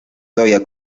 todavía